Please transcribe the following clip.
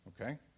Okay